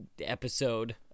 episode